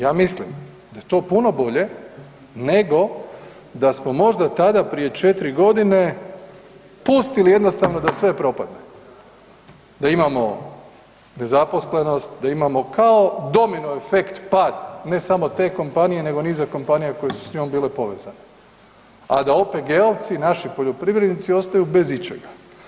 Ja mislim da je to puno bolje nego da smo možda tada prije 4.g. pustili jednostavno da sve propadne, da imamo nezaposlenost, da imamo kao domino efekt pad ne samo te kompanije nego niza kompanija koje su s njom bile povezane, a da OPG-ovci i naši poljoprivrednici ostaju bez ičega.